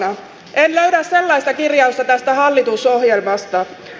en löydä sellaista kirjausta tästä hallitusohjelmasta